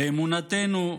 באמונתנו,